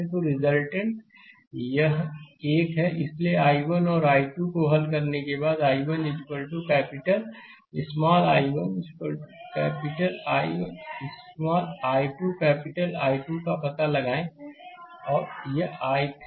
तो रिजल्टेंट यह एक है इसलिए I1 और I2 को हल करने के बाद I1 capital small I1 capital I1 small I2 capital I2 का पता लगाएं और यह I3 है